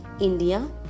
India